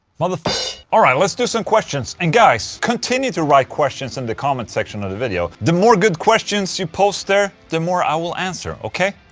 motherf alright, let's do some questions and guys, continue to write questions in and the comment section of the video the more good questions you post there, the more i will answer, ok?